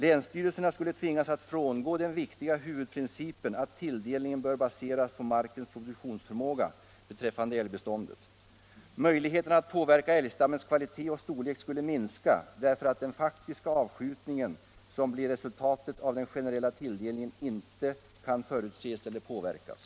Länsstyrelserna skulle tvingas frångå den viktiga huvudprincipen att tilldelningen bör baseras på markens produktionsförmåga beträffande älgbeståndet. Möjligheterna att påverka älgstammens kvalitet och storlek skulle minska, eftersom den faktiska avskjutning som blir resultatet av den generella tilldelningen inte kan förutses eller påverkas.